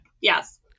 Yes